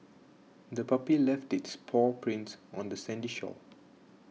the puppy left its paw prints on the sandy shore